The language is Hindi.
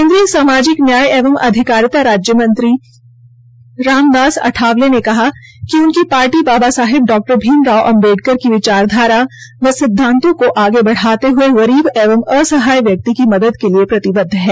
केन्द्रीय सामाजिक न्याय एवं अधिकारिता राज्य मंत्री रामदास अठावले ने कहा कि उनकी पार्टी बाबा साहेब डॉ भीमराव अम्बेडकर की विचारधारा व सिद्धांतों को आगे बढाते हुए गरीब एवं असहाय व्यक्ति की मदद के लिए प्रतिबद्ध है